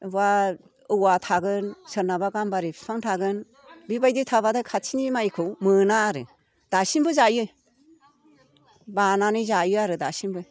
अबावबा औवा थागोन सोरनाबा गाम्बारि बिफां थागोन बेबायदि थाबाथाय खाथिनि माइखौ मोना आरो दासिमबो जायो बानानै जायो आरो दासिमबो